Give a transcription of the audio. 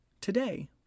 today